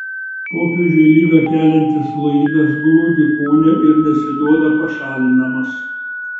popiežiui ligą keliantis fluidas glūdi kūne ir nesiduoda pašalinamas